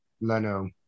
Leno